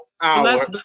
hour